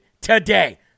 today